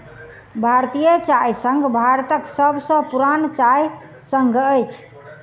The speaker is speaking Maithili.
भारतीय चाय संघ भारतक सभ सॅ पुरान चाय संघ अछि